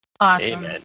Awesome